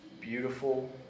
beautiful